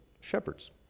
shepherds